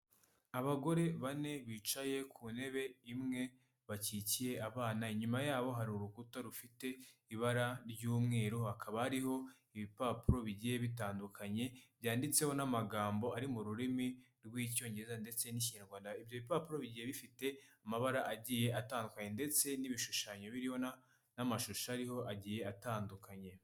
Abagore bane bicaye ku ntebe imwe bakikiye abana, inyuma yabo hari urukuta rufite ibara ry'umweru, hakaba hariho ibipapuro bigiye bitandukanye, byanditseho n'amagambo ari mu rurimi rw'Icyongereza ndetse n'Ikinyarwanda, ibyo bipapuro bigiye bifite amabara agiye atandukanye ndetse n'ibishushanyo biriho n'amashusho ariho agiye atandukanye.